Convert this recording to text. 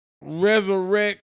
resurrect